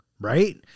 right